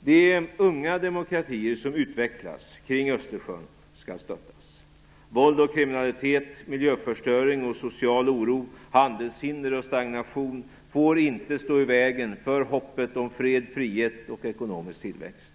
De unga demokratier som utvecklas kring Östersjön skall stöttas. Våld och kriminalitet, miljöförstöring och social oro, handelshinder och stagnation får inte stå i vägen för hoppet om fred, frihet och ekonomisk tillväxt.